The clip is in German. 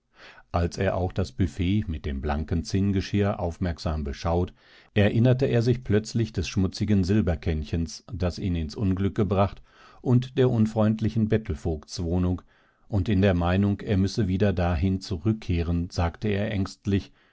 als er auch das buffet mit dem blanken zinngeschirr aufmerksam beschaut erinnerte er sich plötzlich des schmutzigen silberkännchens das ihn ins unglück gebracht und der unfreundlichen bettelvogtswohnung und in der meinung er müsse wieder dahin zurückkehren sagte er ängstlich